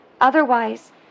Otherwise